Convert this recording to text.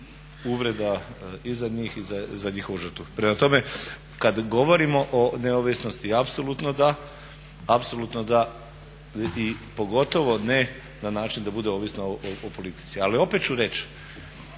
uvreda i za njih i za njihovu žrtvu. Prema tome, kad govorimo o neovisnosti apsolutno da i pogotovo ne na način da bude ovisna o politici. Ali opet ću reći,